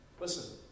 Listen